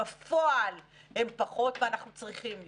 בפועל הם פחות ואנחנו צריכים יותר.